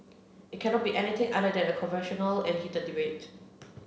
it cannot be anything other than a controversial and heated debate